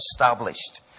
established